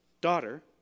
Daughter